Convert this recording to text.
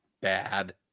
bad